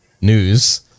news